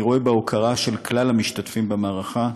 אני רואה בהוקרה של כלל המשתתפים במערכה,